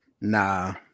Nah